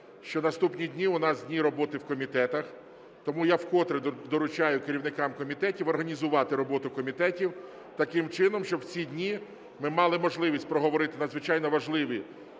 що наступні дні у нас дні роботи в комітетах, тому я вкотре доручаю керівникам комітетів організувати роботу комітетів таким чином, щоб в ці дні ми мали можливість проговорити надзвичайно важливі,